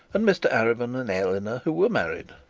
and mr arabin and eleanor who were married.